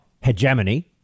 hegemony